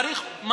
צריך,